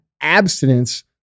abstinence